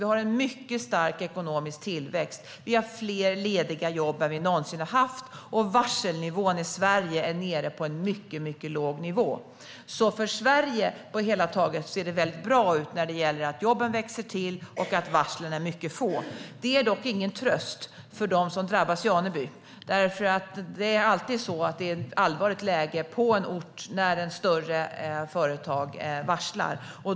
Vi har en mycket stark ekonomisk tillväxt. Vi har fler lediga jobb än vi någonsin har haft, och varselnivån i Sverige är nere på en mycket låg nivå. För Sverige ser det alltså på det hela taget mycket bra ut när det gäller att jobben växer till och att varslen är mycket få. Det är dock ingen tröst för dem som drabbas i Aneby. Det är alltid ett allvarligt läge på en ort när ett större företag varslar.